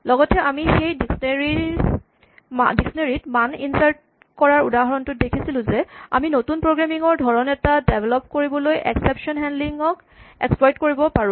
লগতে আমি সে ই ডিক্সনেৰী ত মান ইনচাৰ্ট কৰা উদাহৰণটোত দেখিছিলোঁ যে আমি নতুন প্ৰগ্ৰেমিং ৰ ধৰণ এটা ডেভেলপ কৰিবলৈ এক্সেপচন হেন্ডলিং ক এক্সপ্লইট কৰিব পাৰোঁ